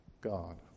God